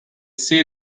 see